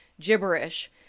gibberish